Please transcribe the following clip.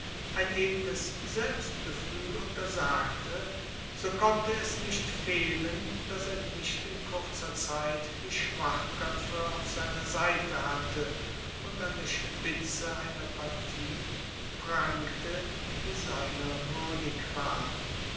ein edles selbstgefühl untersagte so konnte es nicht fehlen daß er nicht in kurzer zeit die schwachköpfe auf seiner seite hatte und an der spitze eine partie prangte die seiner würdig war